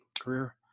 career